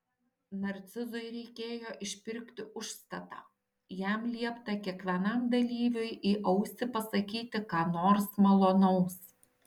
narcizui reikėjo išpirkti užstatą jam liepta kiekvienam dalyviui į ausį pasakyti ką nors malonaus